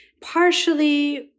partially